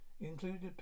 included